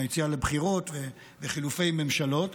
היציאה לבחירות וחילופי ממשלות,